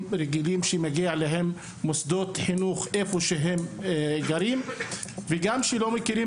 שזכאים למוסדות חינוך במקום מגוריהם ובפעם השנייה שלא מכירים